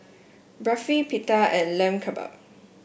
Barfi Pita and Lamb Kebabs